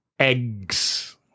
eggs